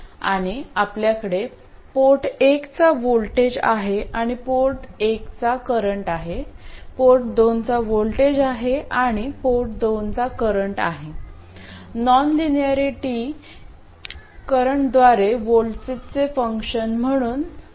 आणि आपल्याकडे पोर्ट एकचा व्होल्टेज आहे आणि पोर्ट एकचा करंट आहे पोर्ट दोनचा व्होल्टेज आहे आणि पोर्ट दोनचा करंट आहे नॉनलिनिरिटी करंटद्वारे व्होल्टेजचे फंक्शन म्हणून दिली आहे